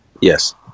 Yes